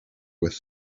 with